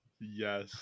Yes